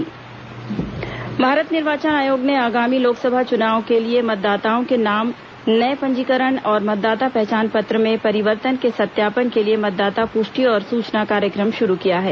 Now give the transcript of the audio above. मतदाता पुष्टि और सूचना कार्यक्रम भारत निर्वाचन आयोग ने आगामी लोकसभा चुनाव के लिए मतदाताओं के नाम नए पंजीकरण और मतदाता पहचान पत्र में परिवर्तन के सत्यापन के लिए मतदाता पुष्टि और सूचना कार्यक्रम शुरू किया है